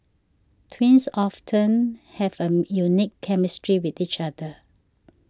twins often have a unique chemistry with each other